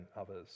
others